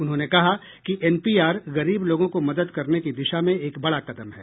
उन्होंने कहा कि एनपीआर गरीब लोगों को मदद करने की दिशा में एक बड़ा कदम है